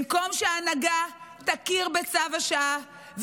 במקום שההנהגה תכיר בצו השעה,